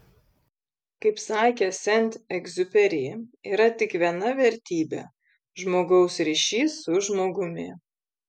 kaip sakė sent egziuperi yra tik viena vertybė žmogaus ryšys su žmogumi